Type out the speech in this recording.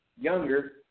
younger